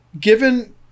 given